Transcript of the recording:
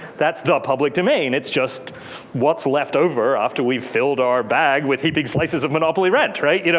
that's the public domain it's just what's left over after we filled our bag with heaping slices of monopoly rent, right. you know